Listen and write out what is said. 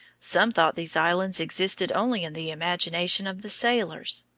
some thought these islands existed only in the imagination of the sailors.